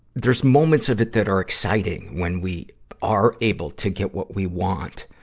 there's moments of it that are exciting, when we are able to get what we want.